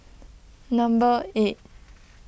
number eight